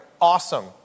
awesome